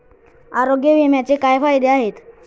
आरोग्य विम्याचे काय फायदे आहेत?